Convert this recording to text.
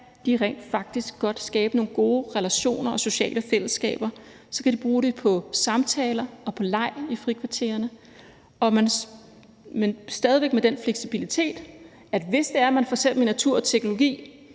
de rent faktisk godt skabe nogle gode relationer og sociale fællesskaber, og så kan de bruge det på samtaler og på leg i frikvartererne, men stadig væk med den fleksibilitet, at hvis det er, at man f.eks. i natur og teknologi